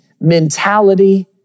mentality